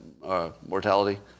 Mortality